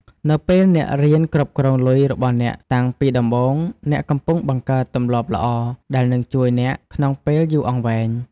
នៅពេលអ្នករៀនគ្រប់គ្រងលុយរបស់អ្នកតាំងពីដំបូង អ្នកកំពុងបង្កើតទម្លាប់ល្អដែលនឹងជួយអ្នកក្នុងពេលយូរអង្វែង។